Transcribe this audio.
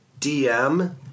DM